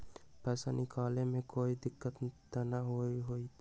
पैसा निकाले में कोई दिक्कत त न होतई?